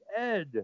Ed